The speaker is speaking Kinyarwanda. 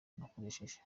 nakoresheje